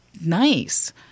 nice